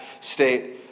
state